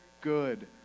good